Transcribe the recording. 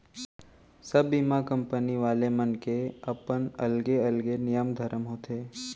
सब बीमा कंपनी वाले मन के अपन अलगे अलगे नियम धरम होथे